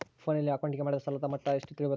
ಫೋನಿನಲ್ಲಿ ಅಕೌಂಟಿಗೆ ಮಾಡಿದ ಸಾಲ ಎಷ್ಟು ತಿಳೇಬೋದ?